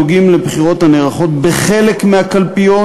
הנוגעים לבחירות הנערכות בחלק מהקלפיות